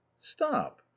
stop